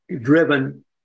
driven